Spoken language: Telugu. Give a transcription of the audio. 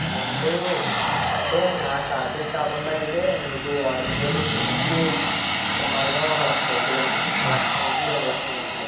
అమౌంటు అంటే నా ఛార్జెస్ కాకుండా అయితే మీకు వారం రోజుల ట్రిప్కి సుమారుగా ఒక లక్ష అవుతుందండి లక్ష నుండి రెండు లక్షల మధ్యలో